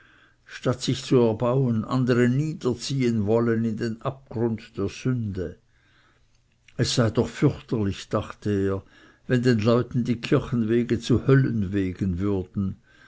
statt sich zu erbauen andere niederziehen wollen in den abgrund der sünde es sei doch fürchterlich dachte er wenn den leuten die kirchenwege zu höllenwegen würden